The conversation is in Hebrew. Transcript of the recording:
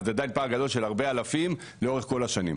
אבל זה עדיין פער גדול של הרבה אלפים לאורך כל השנים,